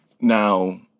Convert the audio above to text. Now